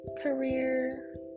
career